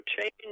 change